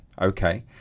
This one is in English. Okay